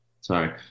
sorry